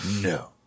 No